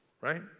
right